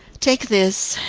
take this,